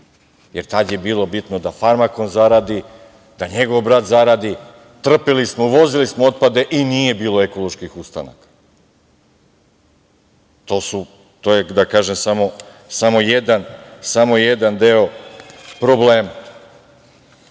Jer, tada je bilo bitno da „Farmakom“ zaradi, da njegov brat zaradi. Trpeli smo, uvozili smo otpade i nije bilo ekoloških ustanaka. To je, da kažem, samo jedan deo problema. Kad